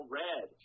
red